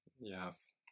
Yes